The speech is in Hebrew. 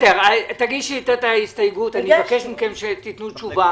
תגישי את ההסתייגות אבקש מכם שתיתנו תשובה.